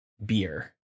Beer